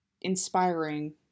inspiring